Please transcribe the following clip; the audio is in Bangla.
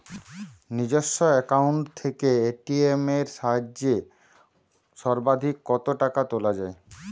নিজস্ব অ্যাকাউন্ট থেকে এ.টি.এম এর সাহায্যে সর্বাধিক কতো টাকা তোলা যায়?